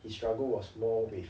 his struggle was more with